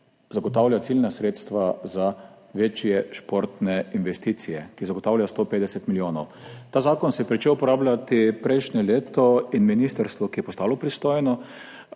zagotavlja ciljna sredstva za večje športne investicije, ki zagotavlja 150 milijonov. Ta zakon se je pričel uporabljati prejšnje leto in ministrstvo, ki je postalo pristojno